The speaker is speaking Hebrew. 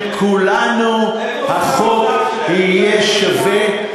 של כולנו החוק יהיה שווה.